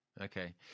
Okay